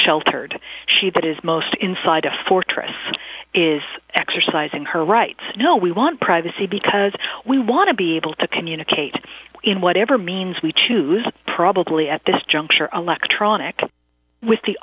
sheltered she that is most inside a fortress is exercising her rights no we want privacy because we want to be able to communicate in whatever means we choose probably at this juncture of electronic with the